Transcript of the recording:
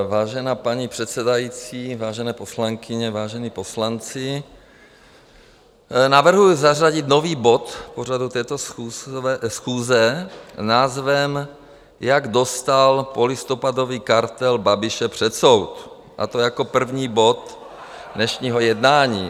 Vážená paní předsedající, vážené poslankyně, vážení poslanci, navrhuji zařadit nový bod pořadu této schůze s názvem Jak dostal polistopadový kartel Babiše před soud, a to jako první bod dnešního jednání.